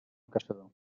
caçador